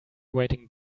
waiting